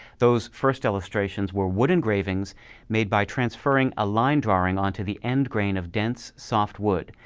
those first illustrations were wood engravings made by transferring a line drawing onto the end grain of dense softwood,